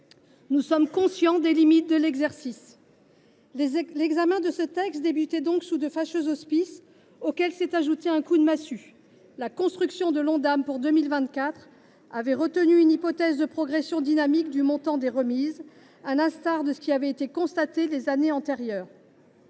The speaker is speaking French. Nous sommes conscients des limites de l’exercice. L’examen de ce texte débutait donc sous de fâcheux auspices, auxquels s’est ajouté un coup de massue. La construction de l’objectif national de dépenses d’assurance maladie (Ondam) pour 2024 avait retenu une hypothèse de progression dynamique du montant des remises, à l’instar de ce qui avait été constaté les années antérieures.